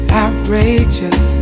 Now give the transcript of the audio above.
outrageous